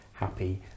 happy